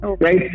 Right